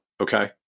Okay